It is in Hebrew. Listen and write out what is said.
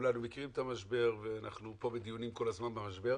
כולנו מכירים את המשבר ואנחנו פה בדיונים כל הזמן במשבר.